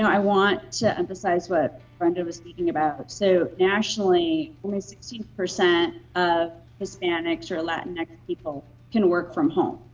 i want to emphasize what brenda was speaking about. but so nationally, only sixty percent of hispanics or latinx and people can work from home.